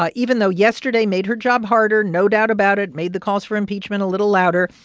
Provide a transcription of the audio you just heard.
ah even though yesterday made her job harder no doubt about it made the calls for impeachment a little louder.